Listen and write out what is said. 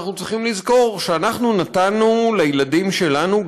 אנחנו צריכים לזכור שאנחנו נתנו לילדים שלנו,